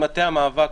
יש פה גם ממטה המאבק,